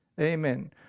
Amen